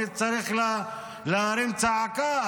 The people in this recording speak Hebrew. מי צריך להרים צעקה?